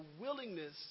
willingness